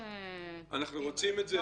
אנחנו רוצים את זה?